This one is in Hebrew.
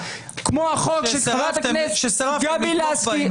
כמו החוק של חברת הכנסת גבי לסקי?